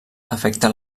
afecta